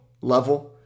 level